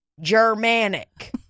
Germanic